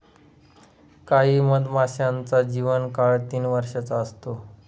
काही मधमाशांचा जीवन काळ तीन वर्षाचा असतो